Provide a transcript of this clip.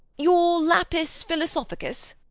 your lapis philosophicus?